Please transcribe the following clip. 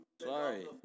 sorry